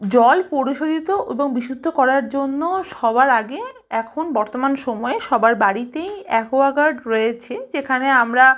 জল পরিশোধিত এবং বিশুদ্ধ করার জন্য সবার আগে এখন বর্তমান সময়ে সবার বাড়িতেই অ্যাকোয়া গার্ড রয়েছে যেখানে আমরা